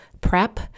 prep